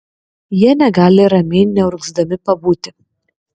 jie negali ramiai neurgzdami pabūti